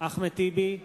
אחמד טיבי,